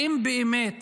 האם באמת